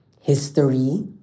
history